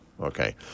Okay